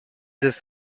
this